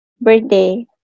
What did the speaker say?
birthday